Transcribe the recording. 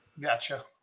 Gotcha